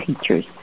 teachers